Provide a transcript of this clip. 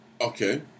Okay